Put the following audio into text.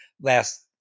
Last